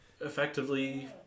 effectively